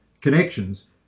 connections